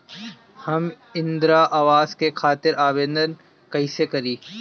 हम इंद्रा अवास के खातिर आवेदन कइसे करी?